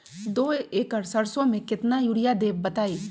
दो एकड़ सरसो म केतना यूरिया देब बताई?